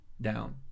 Down